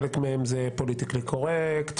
חלק מהן זה פוליטיקלי קורקט,